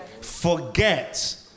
Forget